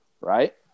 Right